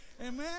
Amen